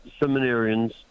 seminarians